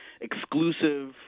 exclusive